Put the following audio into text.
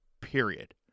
period